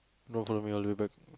don't follow me all the way back